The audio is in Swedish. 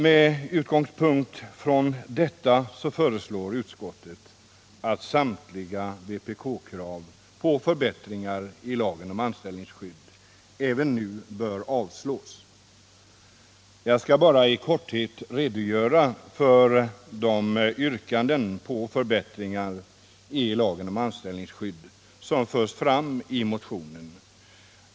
Med utgångspunkt i detta föreslår 65 utskottet att samtliga vpk-krav på förbättringar i lagen om anställningsskydd även nu bör avslås. Jag skall bara i korthet redogöra för de yrkanden på förbättringar i lagen om anställningsskydd som förs fram i motionen.